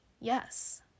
Yes